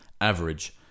average